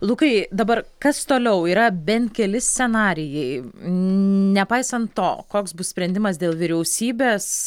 lukai dabar kas toliau yra bent keli scenarijai nepaisant to koks bus sprendimas dėl vyriausybės